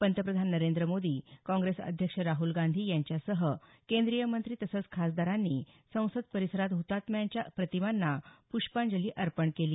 पंतप्रधान नरेंद्र मोदी काँग्रेस अध्यक्ष राहुल गांधी यांच्यासह केंद्रीय मंत्री तसंच खासदारांनी संसद परिसरात हुतात्म्यांच्या प्रतिमांना पृष्पांजली अर्पण केली